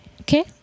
okay